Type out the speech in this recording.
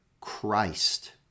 Christ